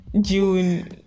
June